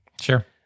sure